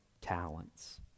talents